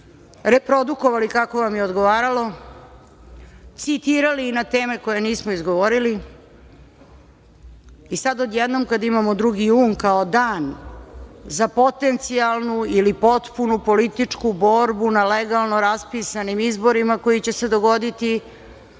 reprodukovali kako vam je odgovaralo, citirali na teme koje nismo izgovorili i sad odjednom kada imamo 2. jun kao dan za potencijalnu ili potpunu političku borbu na legalno raspisanim izborima koji će se dogoditi,